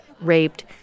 raped